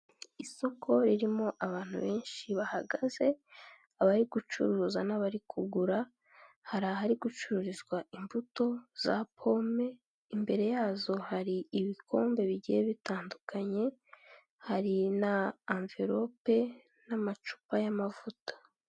Isoko ririmo abantu benshi bahagaze, abari gucuruza n'abari kugura, hari ahari gucururizwa imbuto za pome, imbere yazo hari ibikombe bigiye bitandukanye, hari na amvelope n'amacupa y'amavuta.